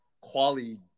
quality